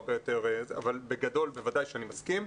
אבל בגדול, בוודאי שאני מסכים.